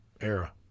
era